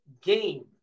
game